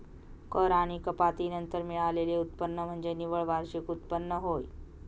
कर आणि कपाती नंतर मिळालेले उत्पन्न म्हणजे निव्वळ वार्षिक उत्पन्न होय